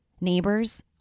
Neighbors